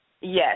Yes